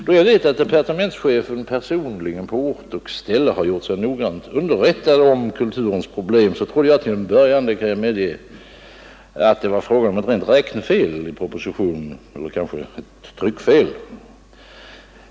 Då jag vet att departementschefen personligen på ort och ställe gjort sig noggrant underrättad om Kulturens problem trodde jag till en början — det kan jag medge — att det var fråga om ett rent räknefel eller kanske ett tryckfel i propositionen.